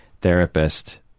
therapist